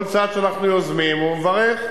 כל צעד שאנחנו יוזמים, הוא מברך.